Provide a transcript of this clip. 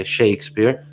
Shakespeare